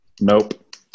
Nope